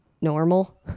Normal